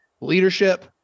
leadership